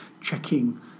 checking